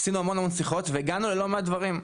עשינו המון שיחות והגענו ללא מעט דברים,